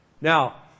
Now